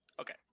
okay